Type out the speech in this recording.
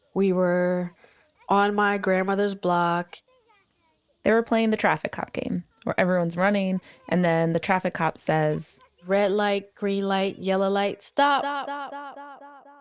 we were on my grandmother's block they were playing the traffic cop game, where everyone's running and then the traffic cop says red light green light yellow light stop! um ah